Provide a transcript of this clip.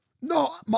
No